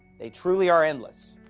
they truly are endless.